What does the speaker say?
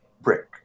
Brick